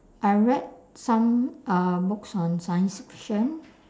I read some uh books on science fiction